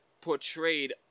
portrayed